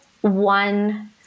one